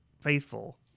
faithful